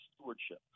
stewardship